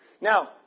Now